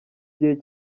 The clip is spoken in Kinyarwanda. gihe